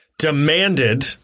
demanded